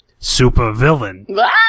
supervillain